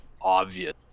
obvious